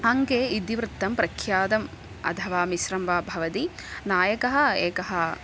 अङ्के इतिवृत्तं प्रख्यातम् अथवा मिश्रं वा भवति नायकः एकः